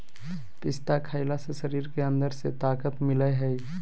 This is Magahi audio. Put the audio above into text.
पिस्ता खईला से शरीर के अंदर से ताक़त मिलय हई